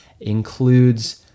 includes